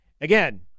Again